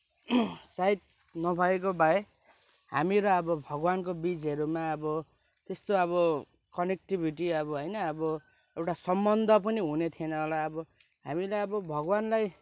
सायद नभएको भए हामीहरू आबो भगवान्को बिचहरूमा अब त्यस्तो अब कनेक्टिभिटी अब होइन अब एउटा सम्बन्ध पनि हुने थिएन होला अब हामीले अब भगवान्लाई